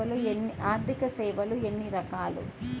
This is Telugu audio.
ఆర్థిక సేవలు ఎన్ని రకాలు?